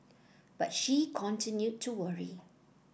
but she continued to worry